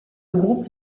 groupe